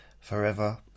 forever